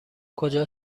کجا